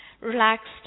relaxed